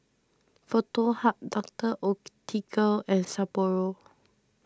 Foto Hub Doctor Oetker and Sapporo